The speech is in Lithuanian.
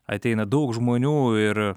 ateina daug žmonių ir